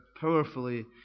powerfully